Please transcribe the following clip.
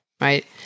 right